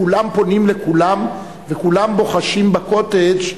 כולם פונים לכולם וכולם בוחשים ב"קוטג'".